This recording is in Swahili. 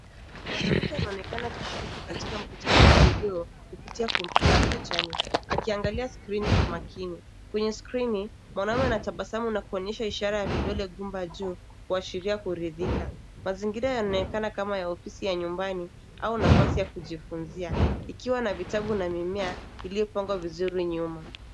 Mwanamke anaonekana akishiriki katika mkutano wa video kupitia kompyuta ya pajani akiangalia skrini kwa makini. Kwenye skrini mwanamume anatabasamu na kuonyesha ishara ya vidole gumba juu kuashiria kurithika. Mazingira yanaonekana kama ya ofisi ya nyumbani au nafasi ya kujifunzia ikiwa na vitabu na mimea iliyopangwa vizuri nyuma.